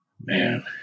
Man